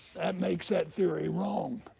that makes that theory wrong,